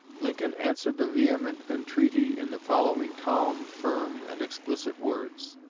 lincoln answered the vehement entreaty in the following calm, firm, and explicit words